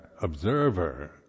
observer